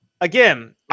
again